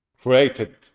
created